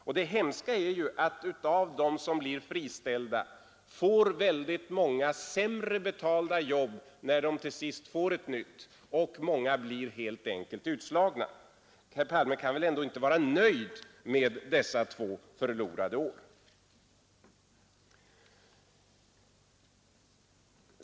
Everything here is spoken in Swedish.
Och det hemska är ju att av dem som blir friställda får väldigt många sämre betalda jobb, när de till sist får ett nytt, och många blir helt enkelt utslagna. Herr Palme kan väl ändå inte vara nöjd med dessa två förlorade år.